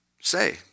say